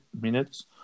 minutes